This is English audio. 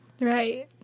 Right